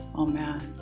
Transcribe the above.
oh man.